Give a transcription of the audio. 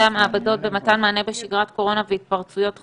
המעבדות במתן מענה בשגרת קורונה והתפרצויות חוזרות.